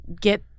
get